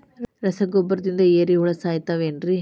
ರಸಗೊಬ್ಬರದಿಂದ ಏರಿಹುಳ ಸಾಯತಾವ್ ಏನ್ರಿ?